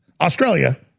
Australia